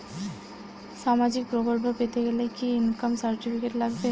সামাজীক প্রকল্প পেতে গেলে কি ইনকাম সার্টিফিকেট লাগবে?